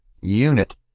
unit